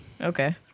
Okay